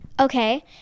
Okay